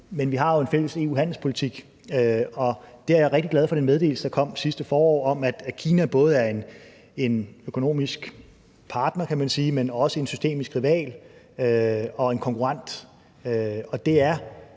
om – har en fælles EU-handelspolitik, og der er jeg rigtig glad for den meddelelse, der kom sidste forår, om, at Kina, kan man sige, både er en økonomisk partner, men også en systemisk rival og en konkurrent, og det er